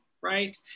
right